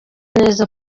neza